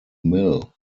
mill